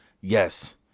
Yes